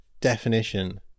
definition